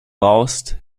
baust